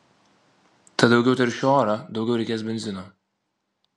tad daugiau teršiu orą daugiau reikės benzino